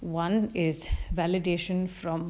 one is validation from